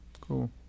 cool